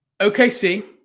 OKC